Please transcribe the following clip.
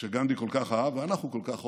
שגנדי שכל כך אהב ואנחנו כל כך אוהבים,